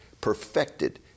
perfected